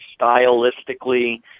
stylistically